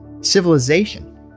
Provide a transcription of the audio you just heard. civilization